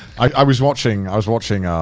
i was watching, i was watching,